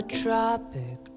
tropic